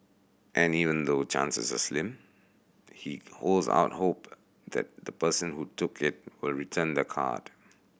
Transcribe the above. and even though chances are slim he holds out hope that the person who took it will return the card